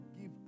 give